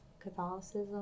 Catholicism